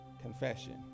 confession